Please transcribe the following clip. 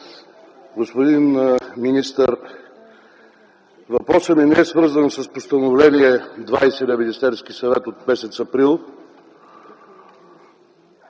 Господин министър, въпросът ми не е свързан с Постановление № 20 на Министерския съвет от м. април,